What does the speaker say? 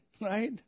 right